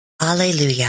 Alleluia